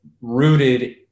rooted